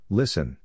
listen